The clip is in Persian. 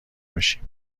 بشیم